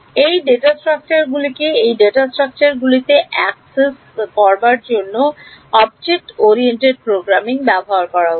এই ডেটা স্ট্রাকচারগুলিকে এই ডেটা স্ট্রাকচারগুলিতে অ্যাক্সেস করার ক্ষেত্রে অবজেক্ট অরিয়েন্টেড প্রোগ্রামিং ব্যবহার করা উচিত